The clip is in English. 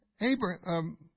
Abraham